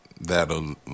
that'll